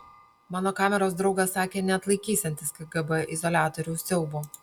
mano kameros draugas sakė neatlaikysiantis kgb izoliatoriaus siaubo